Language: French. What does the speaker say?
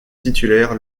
titulaire